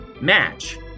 match